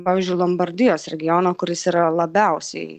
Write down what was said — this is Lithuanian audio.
pavyzdžiui lombardijos regiono kuris yra labiausiai